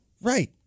Right